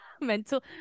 mental